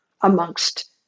amongst